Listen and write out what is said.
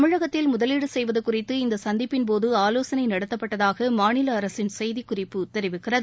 தமிழகத்தில் முதலீடு செய்வது குறித்து இந்த சந்திப்பின் போது ஆவோசனை நடத்தப்பட்டதாக மாநில அரசின் செய்திக்குறிப்பு தெரிவிக்கிறது